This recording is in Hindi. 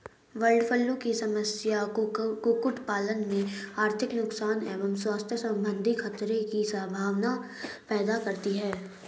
बर्डफ्लू की समस्या कुक्कुट पालन में आर्थिक नुकसान एवं स्वास्थ्य सम्बन्धी खतरे की सम्भावना पैदा करती है